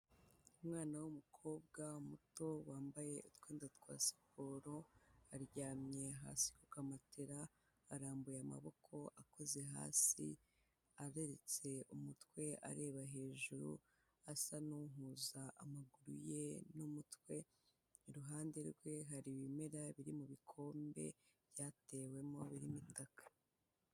Umwana w'umukobwa muto wambaye utwenda twa siporo aryamye hasi ku kamatera, arambuye amaboko akoze hasi agoretse umutwe areba hejuru asa n'uhuza amaguru ye n'umutwe, iruhande rwe hari ibimera biri mu bikombe byatewemo birimo itaka.